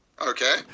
Okay